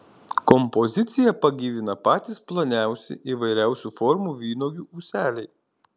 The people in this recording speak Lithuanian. kompoziciją pagyvina patys ploniausi įvairiausių formų vynuogių ūseliai